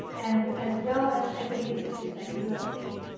and as well as equity institutes at usc.